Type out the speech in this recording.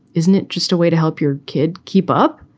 isn't it just a way to help your kid keep up?